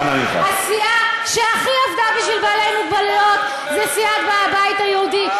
הסיעה שעבדה הכי הרבה בשביל בעלי מוגבלויות היא סיעת הבית היהודי.